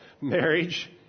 marriage